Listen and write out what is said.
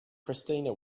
christina